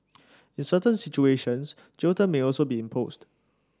in certain situations jail terms may also be imposed